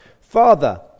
Father